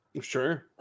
Sure